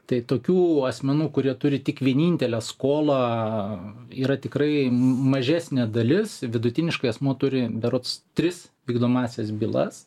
tai tokių asmenų kurie turi tik vienintelę skolą yra tikrai mažesnė dalis vidutiniškai asmuo turi berods tris vykdomąsias bylas